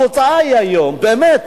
התוצאה היא היום, באמת,